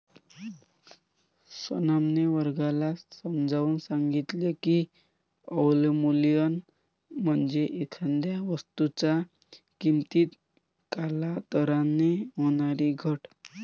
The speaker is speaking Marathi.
सोनमने वर्गाला समजावून सांगितले की, अवमूल्यन म्हणजे एखाद्या वस्तूच्या किमतीत कालांतराने होणारी घट